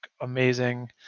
amazing